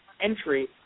entry